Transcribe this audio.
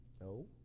No